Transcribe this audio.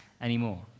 anymore